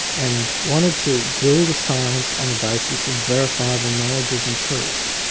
and wanted to build a science on the basis of verifiable knowledges and truths.